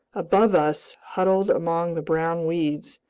above us, huddled among the brown weeds,